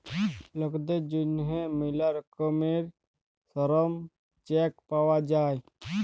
লকদের জ্যনহে ম্যালা রকমের শরম চেক পাউয়া যায়